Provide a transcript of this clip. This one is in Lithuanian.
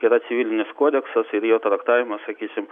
yra civilinis kodeksas ir jo traktavimas sakysim